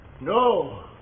no